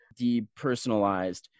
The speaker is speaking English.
depersonalized